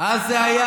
אז זה היה